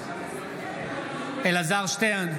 בעד אלעזר שטרן,